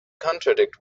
contradict